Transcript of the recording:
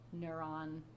neuron